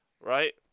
right